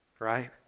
right